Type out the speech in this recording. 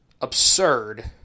absurd